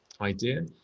idea